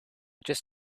just